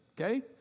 Okay